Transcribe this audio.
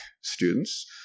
students